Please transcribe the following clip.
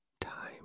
time